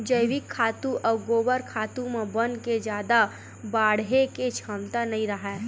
जइविक खातू अउ गोबर खातू म बन के जादा बाड़हे के छमता नइ राहय